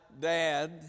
dad